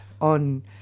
On